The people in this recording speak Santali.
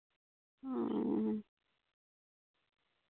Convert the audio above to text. ᱚ